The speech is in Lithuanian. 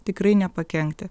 tikrai nepakenkti